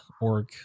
org